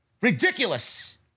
Ridiculous